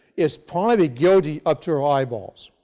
is probably guilty up to her eyeballs.